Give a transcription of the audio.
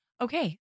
Okay